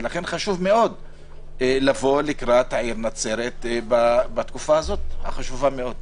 ולכן חשוב מאוד לבוא לקראת העיר נצרת בתקופה הזאת החשובה מאוד.